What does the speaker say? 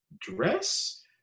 dress